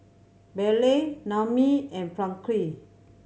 Bailey Naomi and Francisqui